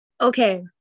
Okay